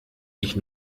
ich